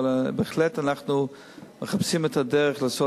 אבל בהחלט אנחנו מחפשים את הדרך לעשות